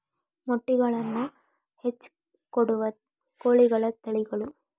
ಮೊಟ್ಟೆಗಳನ್ನ ಹೆಚ್ಚ ಕೊಡುವ ಕೋಳಿಯ ತಳಿಗಳು